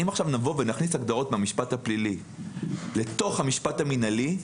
אם נכניס הגדרות מהמשפט הפלילי למשפט המינהלי,